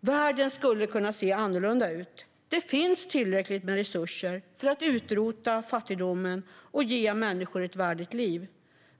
Världen skulle kunna se annorlunda ut. Det finns tillräckligt med resurser för att utrota fattigdomen och ge människor ett värdigt liv.